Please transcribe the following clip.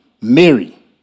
Mary